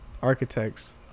architects